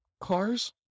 cars